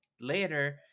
later